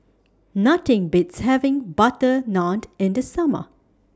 Nothing Beats having Butter Naan in The Summer